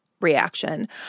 reaction